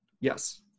Yes